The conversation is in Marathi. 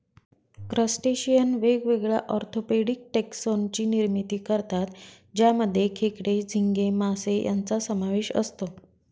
क्रस्टेशियन वेगवेगळ्या ऑर्थोपेडिक टेक्सोन ची निर्मिती करतात ज्यामध्ये खेकडे, झिंगे, मासे यांचा समावेश असतो